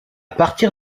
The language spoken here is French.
partir